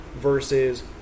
versus